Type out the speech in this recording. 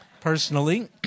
personally